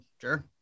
Sure